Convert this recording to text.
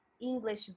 English